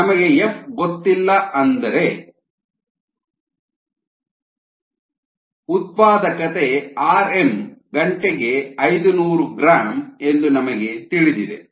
ನಮಗೆ F ಗೊತ್ತಿಲ್ಲ ಆದರೆ ಉತ್ಪಾದಕತೆ Rm ಗಂಟೆಗೆ ಐದನೂರು ಗ್ರಾಂ ಎಂದು ನಮಗೆ ತಿಳಿದಿದೆ